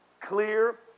clear